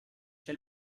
c’è